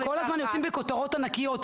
שכל הזמן יוצאים בכותרות ענקיות,